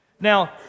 Now